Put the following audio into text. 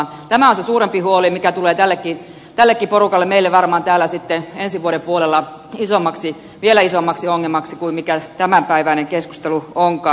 tämä on se suurempi huoli mikä tulee tällekin porukalle meille varmaan täällä sitten ensi vuoden puolella vielä isommaksi ongelmaksi kuin mikä tämänpäiväinen keskustelu onkaan